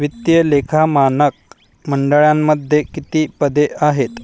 वित्तीय लेखा मानक मंडळामध्ये किती पदे आहेत?